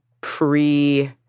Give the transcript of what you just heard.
pre